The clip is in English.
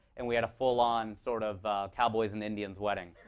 and we had a full-on sort of cowboys and indians wedding,